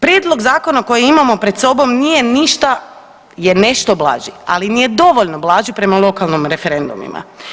Prijedlog zakona koji imamo pred sobom nije ništa, je nešto blaži, ali nije dovoljno blaži prema lokalnim referendumima.